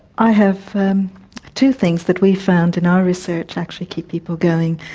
i have two things that we found in our research actually keep people going.